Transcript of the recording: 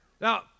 Now